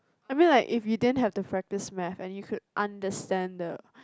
I mean like if we didn't have to practice Math and you could understand the